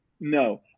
no